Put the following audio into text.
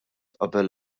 qabel